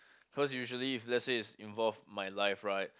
cause usually if let say is involved my life right